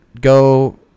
go